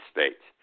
States